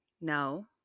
No